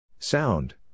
Sound